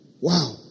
Wow